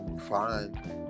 fine